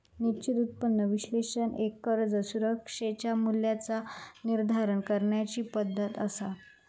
निश्चित उत्पन्न विश्लेषण एक कर्ज सुरक्षेच्या मूल्याचा निर्धारण करण्याची पद्धती असा